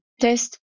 test